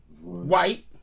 white